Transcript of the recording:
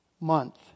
month